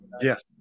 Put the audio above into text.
Yes